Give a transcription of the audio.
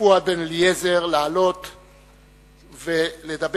פואד בן-אליעזר לעלות ולדבר.